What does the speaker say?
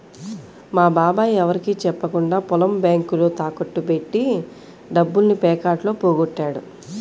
మా బాబాయ్ ఎవరికీ చెప్పకుండా పొలం బ్యేంకులో తాకట్టు బెట్టి డబ్బుల్ని పేకాటలో పోగొట్టాడు